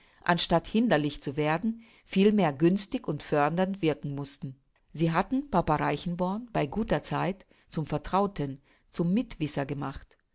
anstatt hinderlich zu werden vielmehr günstig und fördernd wirken mußten sie hatten papa reichenborn bei guter zeit zum vertrauten zum mitwisser gemacht